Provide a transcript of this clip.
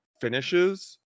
finishes